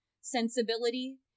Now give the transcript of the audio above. sensibility